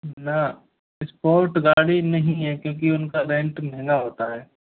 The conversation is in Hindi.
ना इस्पोर्ट गाड़ी नहीं है क्योंकि उनका रेंट महंगा होता है